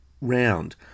round